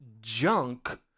junk